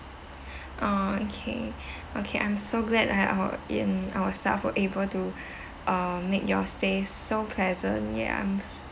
orh okay okay I'm so glad I our in our staff were able to uh make your stay so pleasant ya